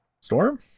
Storm